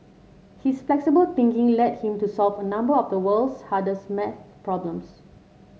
his flexible thinking led him to solve a number of the world's hardest maths problems